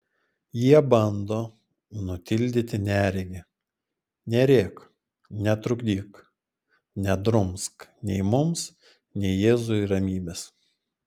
jie bando nutildyti neregį nerėk netrukdyk nedrumsk nei mums nei jėzui ramybės